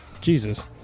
jesus